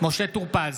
משה טור פז,